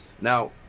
Now